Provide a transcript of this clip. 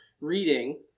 reading